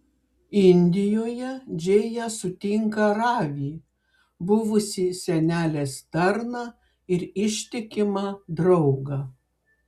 indijoje džėja sutinka ravį buvusį senelės tarną ir ištikimą draugą